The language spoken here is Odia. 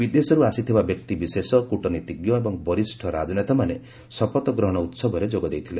ବିଦେଶରୁ ଆସିଥିବା ବ୍ୟକ୍ତିବିଶେଷ କଟନୀତିଜ୍ଞ ଏବଂ ବରିଷ୍ଠ ରାଜନେତାମାନେ ଶପଥ ଗ୍ରହଣ ଉତ୍ସବରେ ଯୋଗଦେଇଥିଲେ